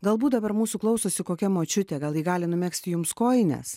galbūt dabar mūsų klausosi kokia močiutė gal ji gali numegzti jums kojines